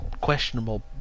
questionable